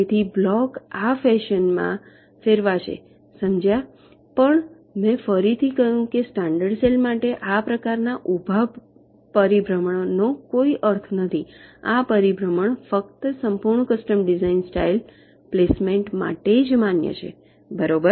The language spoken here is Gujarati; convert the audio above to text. તેથી બ્લોક આ ફેશન માં ફેરવાશે સમજ્યા પણ મેં ફરીથી કહ્યું કે સ્ટાન્ડર્ડ સેલ માટે આ પ્રકારના ઊભા પરિભ્રમણ નો કોઈ અર્થ નથી આ પરિભ્રમણ ફક્ત સંપૂર્ણ કસ્ટમ ડિઝાઇન સ્ટાઇલ પ્લેસમેન્ટ માટે જ માન્ય છે બરાબર